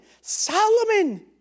Solomon